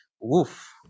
woof